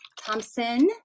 Thompson